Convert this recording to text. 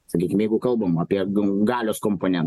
sakykim jeigu kalbam apie g galios komponen